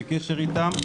בקשר איתם.